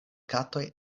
katoj